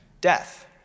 death